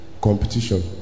competition